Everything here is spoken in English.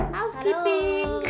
Housekeeping